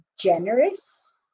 generous